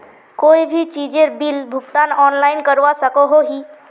कोई भी चीजेर बिल भुगतान ऑनलाइन करवा सकोहो ही?